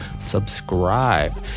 subscribe